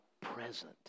present